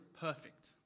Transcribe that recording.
perfect